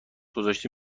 گذاشته